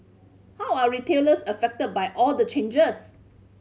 how are retailers affected by all the changes